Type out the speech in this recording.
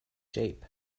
shape